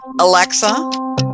Alexa